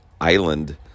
island